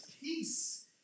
peace